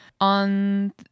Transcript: on